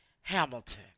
Hamilton